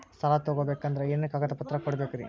ಸಾಲ ತೊಗೋಬೇಕಂದ್ರ ಏನೇನ್ ಕಾಗದಪತ್ರ ಕೊಡಬೇಕ್ರಿ?